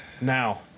Now